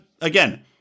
again